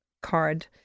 card